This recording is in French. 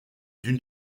dunes